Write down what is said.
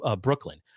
Brooklyn